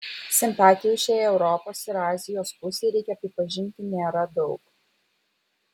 simpatijų šiai europos ir azijos pusei reikia pripažinti nėra daug